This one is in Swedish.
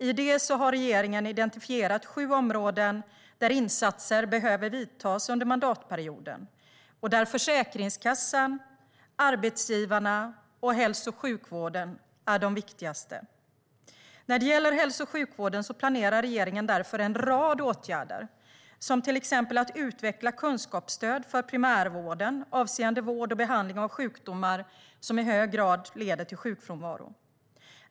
I det har regeringen identifierat sju områden där insatser behöver vidtas under mandatperioden och där Försäkringskassan, arbetsgivarna och hälso och sjukvården är de viktigaste. När det gäller hälso och sjukvården planerar regeringen därför en rad åtgärder, till exempel att utveckla kunskapsstöd för primärvården avseende vård och behandling av sjukdomar som i hög grad leder till sjukfrånvaro.